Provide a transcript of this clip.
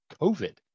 covid